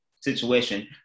situation